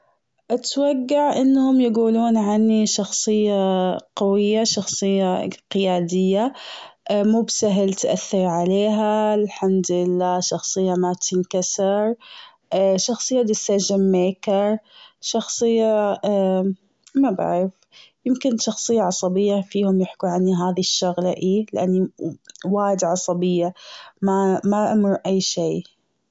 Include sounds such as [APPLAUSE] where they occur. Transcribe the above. اتوقع إنهم يقولون عني شخصية قوية شخصية قيادية [HESITATION] مو بسهل تأثر عليها الحمد لله شخصية ما تنكسر. [HESITATION] شخصية decision maker شخصية [HESITATION] ما بعرف يمكن شخصية عصبية فيهم يحكوا عني هذه الشغلة اي لأني وايد عصبية ما- ما أمر بأي شيء.